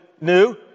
new